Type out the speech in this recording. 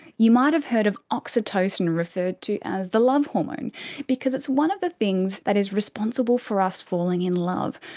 you might have heard of oxytocin referred to as the love hormone because it's one of the things that is responsible for us falling in love,